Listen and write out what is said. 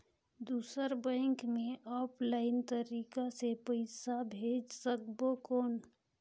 दुसर बैंक मे ऑफलाइन तरीका से पइसा भेज सकबो कौन?